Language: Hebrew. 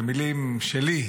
במילים שלי,